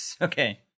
Okay